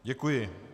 Děkuji.